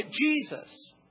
Jesus